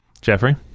Jeffrey